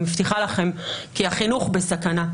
אני מבטיחה לכם כי החינוך בסכנה.